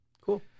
Cool